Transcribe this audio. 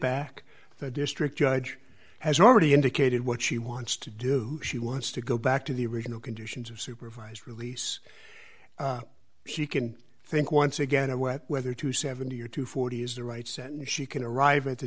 to the district judge has already indicated what she wants to do she wants to go back to the original conditions of supervised release she can think once again a wet weather to seventy or to forty is the right send she can arrive at the